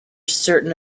certain